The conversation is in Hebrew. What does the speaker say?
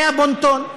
זה הבון-טון.